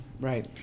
Right